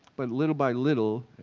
but little by little,